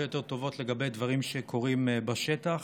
יותר טובות לגבי דברים שקורים בשטח.